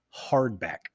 hardback